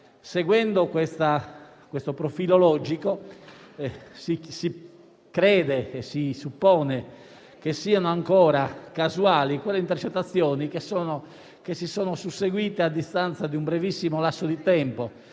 Seguendo questo profilo logico, si suppone che siano ancora casuali quelle intercettazioni che si sono susseguite a distanza di un brevissimo lasso di tempo.